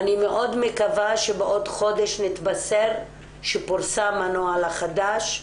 אני מאוד מקווה שבעוד חודש נתבשר שפורסם הנוהל החדש,